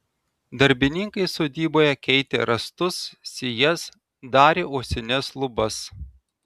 darbininkai sodyboje keitė rąstus sijas darė uosines lubas